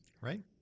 Right